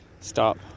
stop